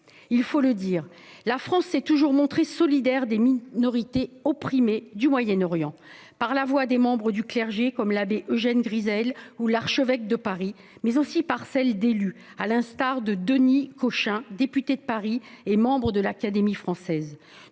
Il faut le dire : la France s'est toujours montrée solidaire des minorités opprimées du Moyen-Orient, que ce soit par la voix des membres du clergé, comme l'abbé Eugène Griselle ou l'archevêque de Paris, ou par celle d'élus, à l'instar de Denys Cochin, député de Paris et membre de l'Académie française.